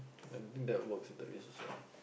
I think that works with the race also ah